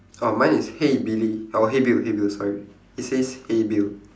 oh mine is hey billy oh hey bill hey bill sorry it says hey bill